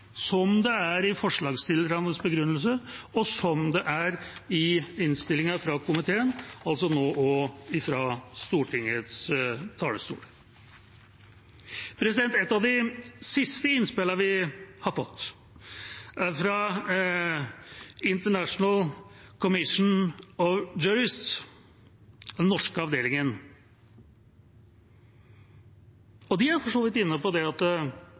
er i innstillinga fra komiteen – nå også fra Stortingets talerstol. Et av de siste innspillene vi har fått, er fra den norske avdelingen i International Commission of Jurists. De er for så vidt inne på at det